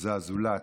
שזה הזולת,